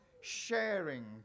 sharing